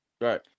Right